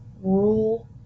Rule